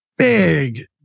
Big